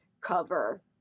cover